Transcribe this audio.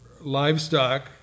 livestock